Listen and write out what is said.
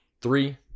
Three